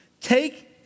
Take